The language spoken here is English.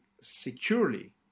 securely